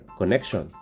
connection